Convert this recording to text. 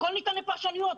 הכול ניתן לפרשנויות.